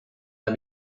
let